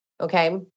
Okay